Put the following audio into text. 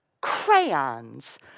crayons